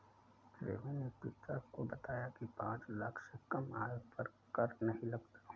रिमी ने पिता को बताया की पांच लाख से कम आय पर कर नहीं लगता